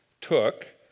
took